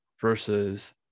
versus